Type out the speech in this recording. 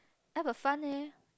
never fun leh